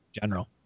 general